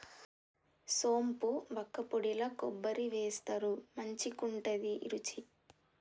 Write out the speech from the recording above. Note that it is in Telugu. సోంపు వక్కపొడిల కొబ్బరి వేస్తారు మంచికుంటది రుచి